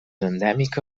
endèmica